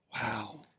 Wow